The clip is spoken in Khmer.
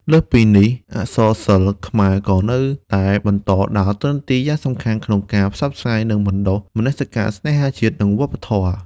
លើសពីនេះ អក្សរសិល្ប៍ខ្មែរក៏នៅតែបន្តដើរតួនាទីយ៉ាងសំខាន់ក្នុងការផ្សព្វផ្សាយ និងបណ្តុះមនសិការស្នេហាជាតិ និងវប្បធម៌។